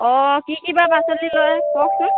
অঁ কি কি বা পাচলি লয় কওকচোন